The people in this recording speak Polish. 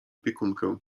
opiekunkę